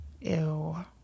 Ew